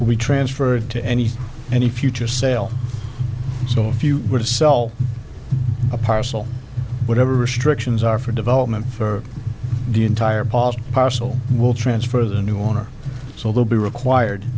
we transferred to anything any future sale so if you were to sell a parcel whatever restrictions are for development for the entire parcel will transfer to the new owner so they'll be required